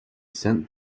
sent